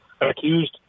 accused